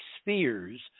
spheres